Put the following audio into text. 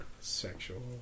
Sexual